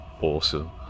Awesome